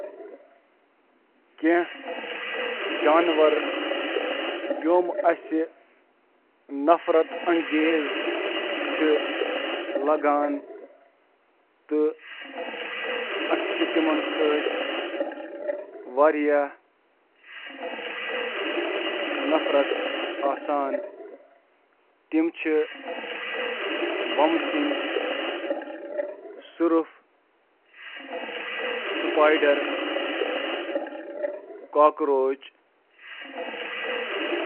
ساروی کھوتہٕ زیادٕ نفرت پٲدٕ کرن وٲل جانور چِھ انسٲنی اینڈو- تہٕ ایکٹوپیراسائٹس ,مثلاً، ٹیپ ورم تہٕ ٹک یا جانور یمن سۭتۍ بصری طور پٲنٹھ مشابہت تھاون وٲل جانور ,مثلاً، کیڑٕ ۔